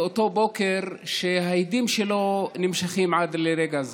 באותו בוקר שההדים שלו נמשכים עד לרגע זה.